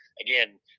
again